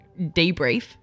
debrief